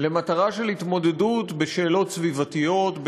למטרה של התמודדות בשאלות סביבתיות,